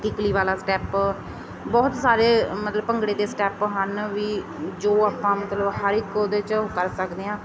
ਕਿੱਕਲੀ ਵਾਲਾ ਸਟੈਪ ਬਹੁਤ ਸਾਰੇ ਮਤਲਬ ਭੰਗੜੇ ਦੇ ਸਟੈਪ ਹਨ ਵੀ ਜੋ ਆਪਾਂ ਮਤਲਬ ਹਰ ਇੱਕ ਉਹਦੇ 'ਚ ਕਰ ਸਕਦੇ ਹਾਂ